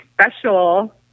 special